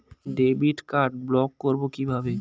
Debit card block করব কিভাবে?